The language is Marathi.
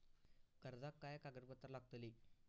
कर्जाक काय कागदपत्र लागतली?